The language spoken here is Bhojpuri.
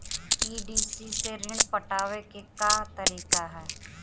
पी.डी.सी से ऋण पटावे के का तरीका ह?